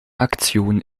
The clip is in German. aktion